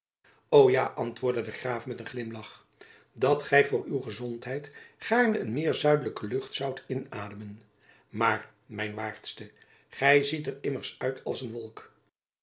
ja antwoordde de graaf met een glimlach dat gy voor uw gezondheid gaarne een meer zuidelijke lucht zoudt inademen maar mijn waardste gy ziet er immers uit als een wolk